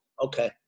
Okay